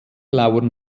lauern